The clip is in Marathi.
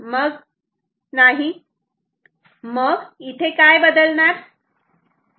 मग इथे काय बदलणार